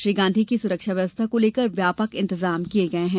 श्री गांधी की सुरक्षा व्यवस्था को लेकर व्यापक इंतजाम किये गये हैं